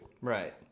Right